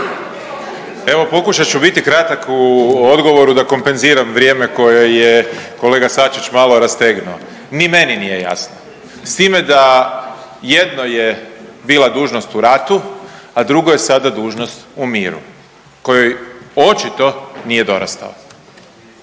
Evo pokušat ću biti kratak u odgovoru da kompenziram vrijeme koje je kolega Sačić malo rastegnuo. Ni meni nije jasno s time da jedno je bila dužnost u ratu, a drugo je sada dužnost u miru kojoj očito nije dorastao.